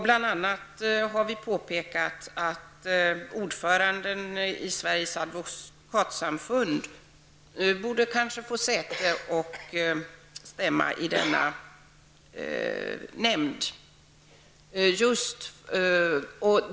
Bl.a. har vi påpekat att ordföranden i Sveriges advokatsamfund borde få säte och stämma i denna nämnd.